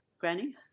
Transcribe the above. granny